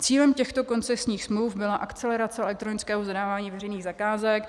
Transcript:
Cílem těchto koncesních smluv byla akcelerace elektronického zadávání veřejných zakázek.